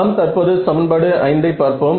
நாம் தற்போது சமன்பாடு 5 ஐ பார்ப்போம்